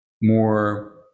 more